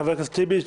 חבר הכנסת טיבי,